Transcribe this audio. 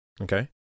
Okay